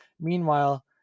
Meanwhile